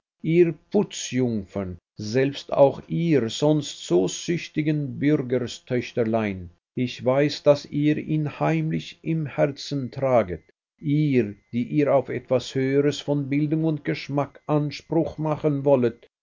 ihr putzjungfern selbst auch ihr sonst so züchtigen bürgerstöchterlein ich weiß daß ihr ihn heimlich im herzen traget ihr die ihr auf etwas höheres von bildung und geschmack anspruch machen wollet